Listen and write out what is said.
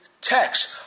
text